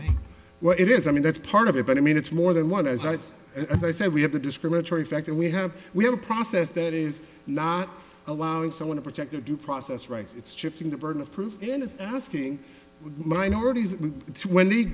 what it is i mean that's part of it but i mean it's more than one as i as i said we have a discriminatory fact that we have we have a process that is not allowing someone to protect their due process rights it's shifting the burden of proof and it's asking minorities when